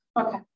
okay